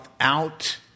out